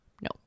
no